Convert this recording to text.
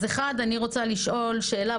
אז אני רוצה לשאול שאלה.